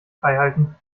freihalten